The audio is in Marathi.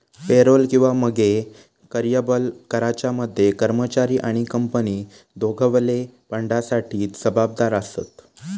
पेरोल किंवा मगे कर्यबल कराच्या मध्ये कर्मचारी आणि कंपनी दोघवले फंडासाठी जबाबदार आसत